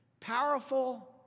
Powerful